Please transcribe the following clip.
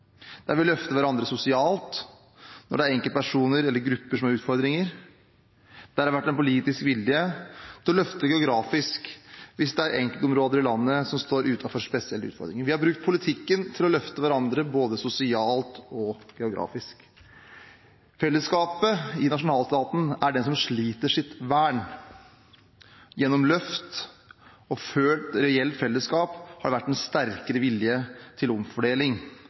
der vi løfter hverandre sosialt når det er enkeltpersoner eller grupper som har utfordringer, og der det har vært en politisk vilje til å løfte hverandre geografisk hvis det er enkeltområder i landet som står overfor spesielle utfordringer. Vi har brukt politikken til å løfte hverandre både sosialt og geografisk. Fellesskapet i nasjonalstaten er et vern for dem som sliter. Gjennom løft og følelsen av et reelt fellesskap har det vært en sterkere vilje til omfordeling.